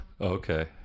Okay